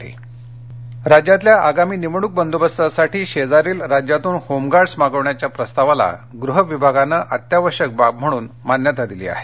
home guards Mumbai राज्यातल्या आगामी निवडणूक बंदोबस्तासाठी शेजारील राज्यातून होमगार्डस् मागविण्याच्या प्रस्तावाला गृहविभागानं अत्यावशक बाब म्हणून मान्यता दिली आहे